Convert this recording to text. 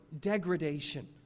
degradation